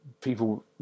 people